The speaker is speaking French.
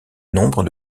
nombre